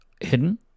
hidden